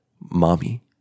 Mommy